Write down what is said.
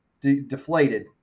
deflated